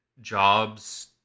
jobs